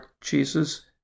Jesus